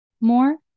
more